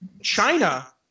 China